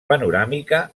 panoràmica